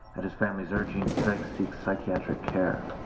at his family's urging, drake seeks psychiatric care